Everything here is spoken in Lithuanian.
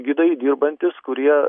gidai dirbantys kurie